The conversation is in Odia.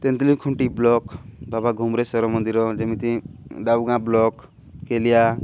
ତେନ୍ତୁଲି ଖୁଣ୍ଟି ବ୍ଲକ ବାବା ଘୁମ୍ରେଶ୍ଵର ମନ୍ଦିର ଯେମିତି ଡାଉଗାଁ ବ୍ଲକ କେଲିଆ